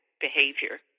behavior